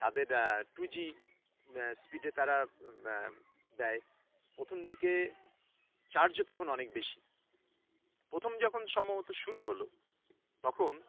তাদের two G স্পিডে তারা দেয় প্রথম দিকে চার্জও তখন অনেক বেশি প্রথম যখন সম্ভবত শুরু হলো তখন